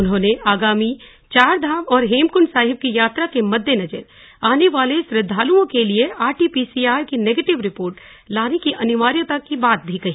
उन्होंने आगामी चारधाम और हेमकृण्ड साहिब की यात्रा के मददेनजर आने वाले श्रद्धालुओं के लिए आरटीपीसीआर की नेगेटिव रिपोर्ट लाने की अनिवार्यता की बात भी कही